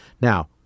Now